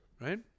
right